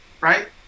right